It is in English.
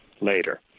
later